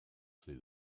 see